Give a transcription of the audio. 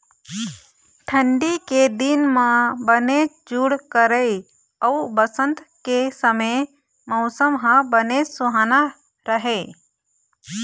ठंडी के दिन म बनेच जूड़ करय अउ बसंत के समे मउसम ह बनेच सुहाना राहय